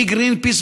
גרינפיס,